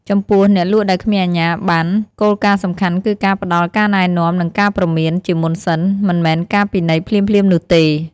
ចំពោះ អ្នកលក់ដែលគ្មានអាជ្ញាប័ណ្ណ គោលការណ៍សំខាន់គឺការផ្តល់ ការណែនាំ និងការព្រមាន ជាមុនសិន មិនមែនការពិន័យភ្លាមៗនោះទេ។